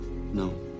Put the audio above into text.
no